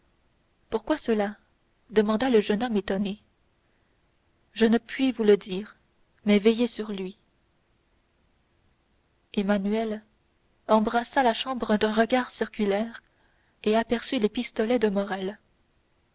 pourquoi cela demanda le jeune homme étonné je ne puis vous le dire mais veillez sur lui emmanuel embrassa la chambre d'un regard circulaire et aperçut les pistolets de morrel